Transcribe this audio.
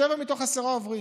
שבעה מתוך עשרה עוברים.